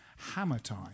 HAMMERTIME